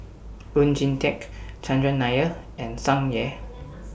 Oon Jin Teik Chandran Nair and Tsung Yeh